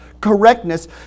correctness